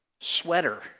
sweater